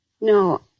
No